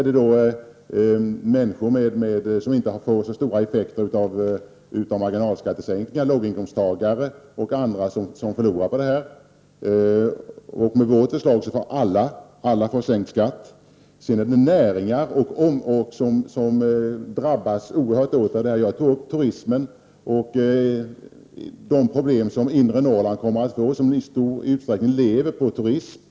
Det finns de som inte får så stora effekter av marginalskattesänkningen, låginkomsttagare och andra som förlorar på detta. Enligt vårt förslag får alla sänkt skatt. Sedan är det näringar, t.ex. turismen, som drabbas oerhört hårt. Inre Norrland kommer att få stora problem som i stor utsträckning lever på turismen.